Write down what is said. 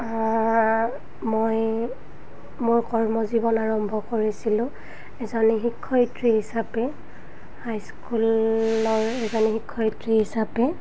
মই মোৰ কৰ্মজীৱন আৰম্ভ কৰিছিলোঁ এজনী শিক্ষয়িত্ৰী হিচাপে হাইস্কুলৰ এজনী শিক্ষয়িত্ৰী হিচাপে